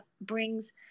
brings